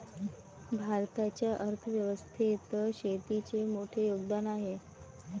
भारताच्या अर्थ व्यवस्थेत शेतीचे मोठे योगदान आहे